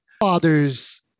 fathers